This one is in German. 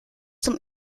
zum